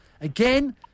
Again